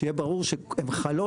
שיהיה ברור שהן חלות,